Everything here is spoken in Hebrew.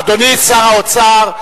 אדוני שר האוצר,